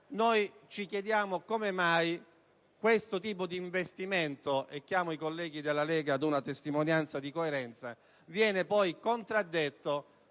- ci chiediamo come mai questo tipo di investimento - richiamo i colleghi della Lega ad una testimonianza di coerenza - viene poi contraddetto